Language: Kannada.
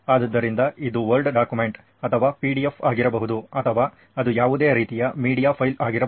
ಆದ್ದರಿಂದ ಇದು ವರ್ಡ್ ಡಾಕ್ಯುಮೆಂಟ್ ಅಥವಾ PDF ಆಗಿರಬಹುದು ಅಥವಾ ಅದು ಯಾವುದೇ ರೀತಿಯ ಮೀಡಿಯಾ ಫೈಲ್ ಆಗಿರಬಹುದು